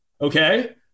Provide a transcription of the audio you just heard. Okay